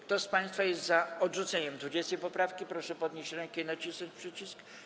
Kto z państwa jest za odrzuceniem 20. poprawki, proszę podnieść rękę i nacisnąć przycisk.